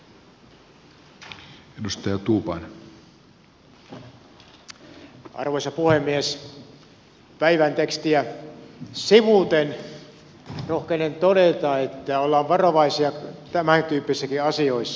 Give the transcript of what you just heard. päivän tekstiä sivuten rohkenen todeta että ollaan varovaisia tämänkin tyyppisissä asioissa